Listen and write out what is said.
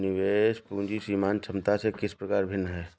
निवेश पूंजी सीमांत क्षमता से किस प्रकार भिन्न है?